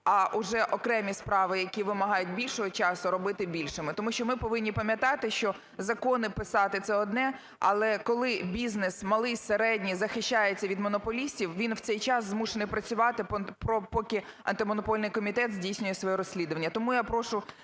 а уже окремі справи, які вимагають більшого часу, робити більшими. Тому що ми повинні пам'ятати, що закони писати – це одне, але коли бізнес малий, середній захищається від монополістів, він в цей час змушений працювати, поки Антимонопольний комітет здійснює своє розслідування.